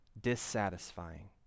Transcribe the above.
dissatisfying